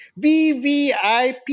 VVIP